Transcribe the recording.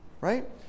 right